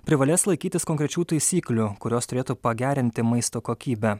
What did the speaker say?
privalės laikytis konkrečių taisyklių kurios turėtų pagerinti maisto kokybę